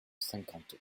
cinquante